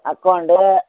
account